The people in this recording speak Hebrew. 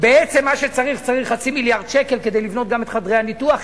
בעצם צריך חצי מיליארד שקל כדי לבנות גם את חדרי הניתוח.